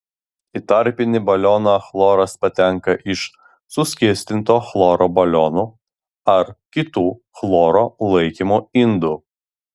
į tarpinį balioną chloras patenka iš suskystinto chloro balionų ar kitų chloro laikymo indų